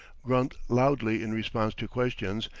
grunt loudly in response to questions,